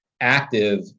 active